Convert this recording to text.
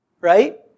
right